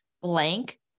blank